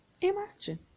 Imagine